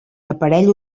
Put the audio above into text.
aparell